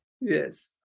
Yes